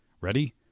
Ready